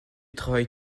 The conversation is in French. travail